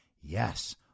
Yes